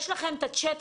יש לכם את הצ'ט,